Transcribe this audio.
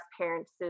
parents